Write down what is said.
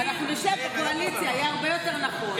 אנחנו נשב בקואליציה, יהיה הרבה יותר נכון.